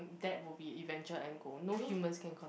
that will be eventual end goal no humans can con~